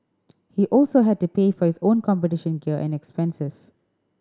he also had to pay for his own competition gear and expenses